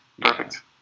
Perfect